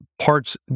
parts